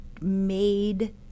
made